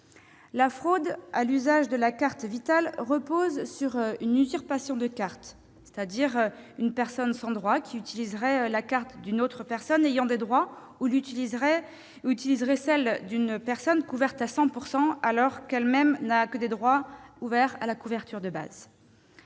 La fraude à l'usage de la carte Vitale repose sur une usurpation de carte : une personne sans droits utilise la carte d'une personne ayant des droits ; une autre utilise celle d'une personne couverte à 100 % alors qu'elle-même n'a que des droits à la couverture de base.